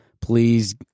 please